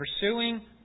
pursuing